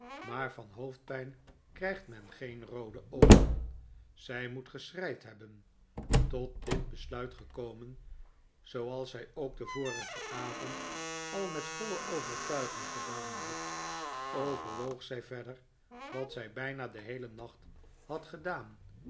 maar van hoofdpijn krijgt men geen roode oogen zij moet geschreid hebben tot dit besluit gekomen zooals zij ook den vorigen avond al met voile overtuigjng gedaan had overwoog zij verder wat zij bijna den heelen nacht had gedaan